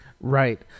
Right